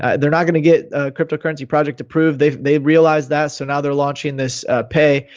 ah they're not going to get cryptocurrency project approved. they they realize that, so now they're launching this pay,